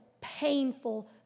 painful